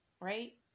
right